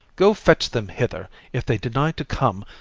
go, fetch them hither if they deny to come,